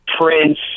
Prince